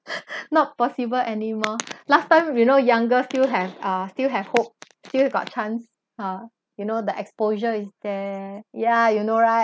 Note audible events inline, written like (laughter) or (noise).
(laughs) not possible anymore last time you know younger still have uh still have hope still got chance ah you know the exposure is there ya you know right